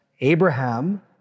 Abraham